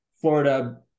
Florida